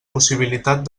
possibilitat